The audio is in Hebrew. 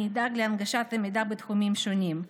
אני אדאג להנגשת המידע בתחומים שונים.